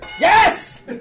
Yes